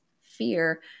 fear